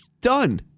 done